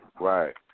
Right